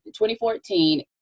2014